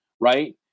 right